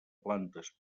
plantes